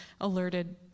alerted